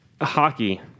hockey